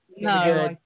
No